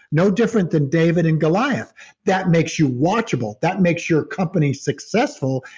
no different than david and goliath that makes you watchable, that makes your company successful,